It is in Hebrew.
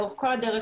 לאורך כל הדרך,